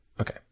Okay